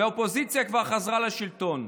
והאופוזיציה כבר חזרה לשלטון.